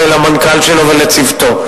ולמנכ"ל שלו ולצוותו,